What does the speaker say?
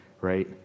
right